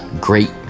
great